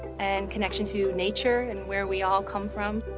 and connection to nature and where we all come from.